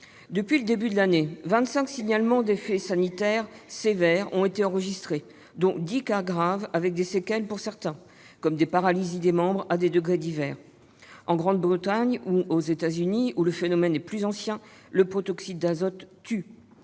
Depuis le début de l'année, vingt-cinq signalements d'effets sanitaires sévères ont été enregistrés en France, dont dix cas graves avec des séquelles pour certains, comme des paralysies des membres, à des degrés divers. En Grande-Bretagne ou aux États-Unis, où le phénomène est plus ancien, le protoxyde d'azote tue.